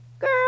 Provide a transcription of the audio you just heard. Girl